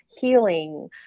healing